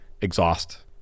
exhaust